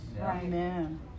Amen